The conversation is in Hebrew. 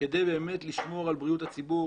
כדי לשמור על בריאות הציבור,